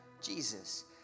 jesus